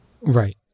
Right